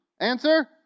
Answer